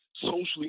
socially